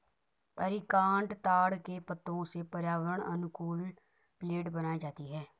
areca nut ताड़ के पत्तों से पर्यावरण अनुकूल प्लेट बनाई जाती है